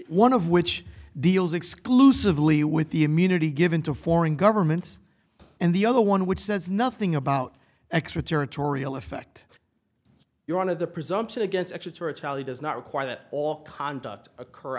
one of which deals exclusively with the immunity given to foreign governments and the other one which says nothing about extra territorial effect you're on of the presumption against exeter a tally does not require that all conduct occur